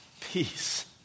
Peace